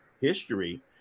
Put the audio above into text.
history